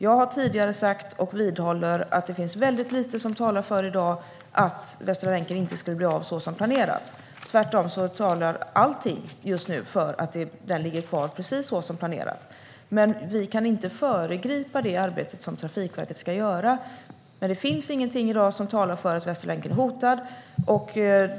Jag har tidigare sagt, och vidhåller, att det i dag finns väldigt lite som talar för att Västra länken inte skulle bli av så som planerat. Tvärtom talar allting just nu för att den ligger kvar precis så som planerat. Vi kan dock inte föregripa det arbete som Trafikverket ska göra. I dag finns det ingenting som talar för att Västra länken är hotad.